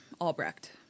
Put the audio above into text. albrecht